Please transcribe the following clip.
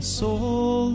soul